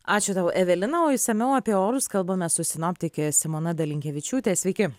ačiū tau evelina o išsamiau apie orus kalbame su sinoptike simona dalinkevičiūte sveiki